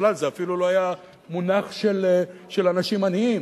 בכלל, זה אפילו לא היה מונח של אנשים עניים.